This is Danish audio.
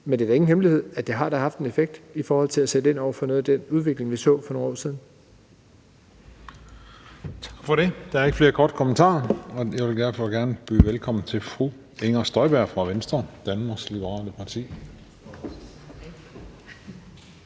men det er da ingen hemmelighed, at det har haft en effekt i forhold til at sætte ind over for den udvikling, vi oplevede for nogle år siden.